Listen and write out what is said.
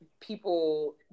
people